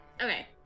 Okay